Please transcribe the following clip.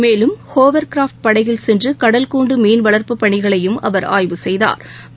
மேலும் hovercraft படகில் சென்று கடல் கூண்டு மீன்வளர்ப்புப் பணிகளையும் அவர் ஆய்வு செய்தாா்